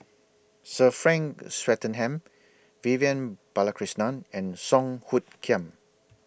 Sir Frank Swettenham Vivian Balakrishnan and Song Hoot Kiam